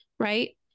Right